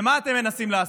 ומה אתם מנסים לעשות?